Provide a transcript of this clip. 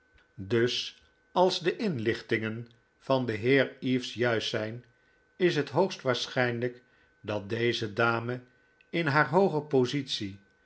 dus als de inlichtingen van den heer eaves juist zijn is het hoogst waarschijnlijk dat deze dame in haar hooge positie